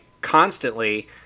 constantly